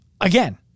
Again